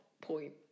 point